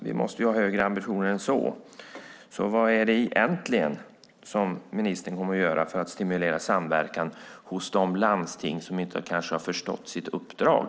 Vi måste ha högre ambitioner än så. Vad kommer ministern att faktiskt göra för att stimulera samverkan i de landsting som kanske inte har förstått sitt uppdrag?